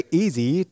easy